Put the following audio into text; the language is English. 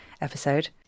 episode